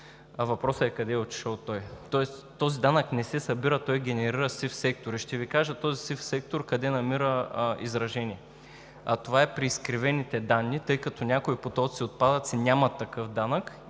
Въпросът е: къде е отишъл той? Тоест този данък не се събира – той генерира сив сектор. И ще Ви кажа този сив сектор къде намира изражение – при изкривените данни, тъй като някои потоци отпадъци нямат такъв данък